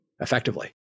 effectively